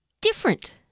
different